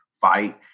fight